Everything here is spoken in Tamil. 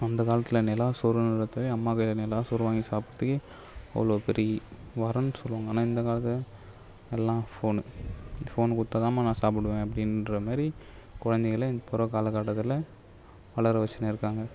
அந்த காலத்தில் நிலா சோறுனு எடுத்து அம்மா கையில் நிலா சோறு வாங்கி சாப்ட்டு அவ்வளோ பெரிய வரம்னு சொல்லுவாங்க ஆனால் இந்த காலத்தில் எல்லாம் ஃபோனு ஃபோனு கொடுத்தாதாம்மா நான் சாப்பிடுவேன் அப்படின்ற மாதிரி குழந்தைகள இப்போது உள்ள காலகட்டத்தில் வளர வச்சின்னு இருக்காங்க